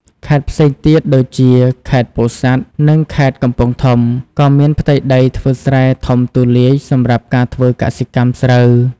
ខេត្តផ្សេងទៀតដូចជា ខេត្តពោធិ៍សាត់ និងខេត្តកំពង់ធំ ក៏មានផ្ទៃដីធ្វើស្រែធំទូលាយសម្រាប់ការធ្វើកសិកម្មស្រូវ។